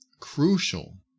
crucial